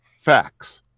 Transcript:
facts